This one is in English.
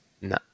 No